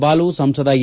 ಬಾಲು ಸಂಸದ ಎ